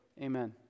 amen